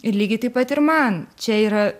ir lygiai taip pat ir man čia yra